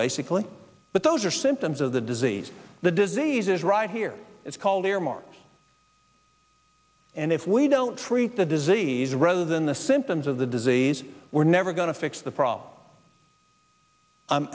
basically but those are symptoms of the disease the disease is right here it's called earmarks and if we don't treat the disease rather than the symptoms of the disease we're never going to fix the problem